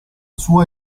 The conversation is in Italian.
sua